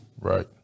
right